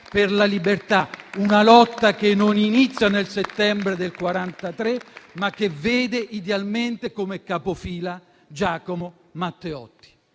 una lotta che non inizia nel settembre del 1943, ma che vede idealmente come capofila Giacomo Matteotti».